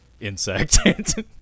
insect